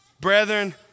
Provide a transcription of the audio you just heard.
Brethren